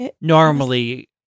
Normally